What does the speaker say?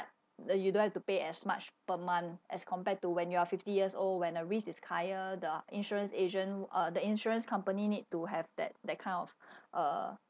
no you don't have to pay as much per month as compared to when you are fifty years old when a risk is higher the insurance agent uh the insurance company need to have that that kind of uh